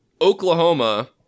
Oklahoma